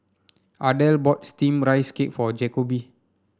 Ardell bought steamed Rice Cake for Jacoby